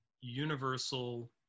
universal